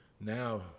Now